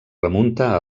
remunta